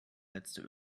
letzte